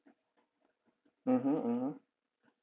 mmhmm mmhmm